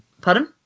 Pardon